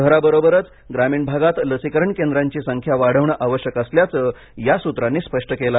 शहराबरोबरच ग्रामीण भागात लसीकरण केंद्रांची संख्या वाढवणं आवश्यक असल्याचं या सूत्रांनी स्पष्ट केलं